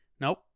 Nope